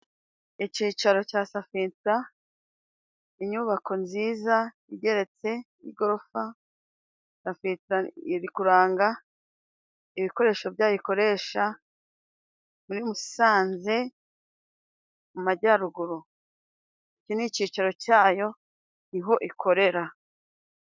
Icyicaro cya safintira, inyubako nziza igeretse. Igorofa safintira iri kuranga ibikoresho byayo ikoresha muri Musanze, mu majyaruguru. iki ni icyicaro cyayo, niho ikorera.